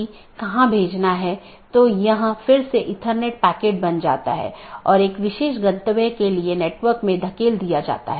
यह प्रत्येक सहकर्मी BGP EBGP साथियों में उपलब्ध होना चाहिए कि ये EBGP सहकर्मी आमतौर पर एक सीधे जुड़े हुए नेटवर्क को साझा करते हैं